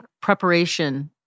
preparation